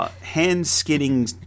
hand-skinning